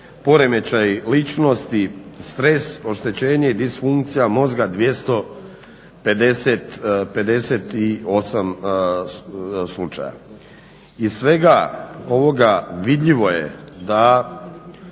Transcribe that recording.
poremećaji ličnosti, stres, oštećenje i disfunkcija mozga 258 slučajeva. Iz svega ovoga vidljivo je da